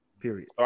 Period